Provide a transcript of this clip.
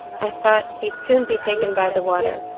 i thought he'd soon be taken by the water.